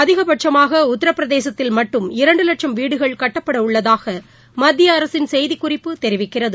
அதிகபட்சமாகஉத்திரபிரதேசத்தில் மட்டும் இரண்டுவட்சம் வீடுகள் இதில் கட்டப்படஉள்ளதாகமத்தியஅரசின் செய்திக்குறிப்பு தெரிவிக்கிறது